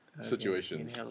Situations